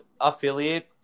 affiliate